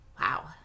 Wow